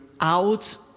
out